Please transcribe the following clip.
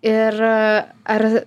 ir ar